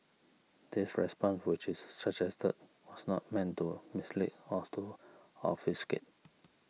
this response which is suggested was not meant to mislead or to obfuscate